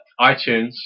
iTunes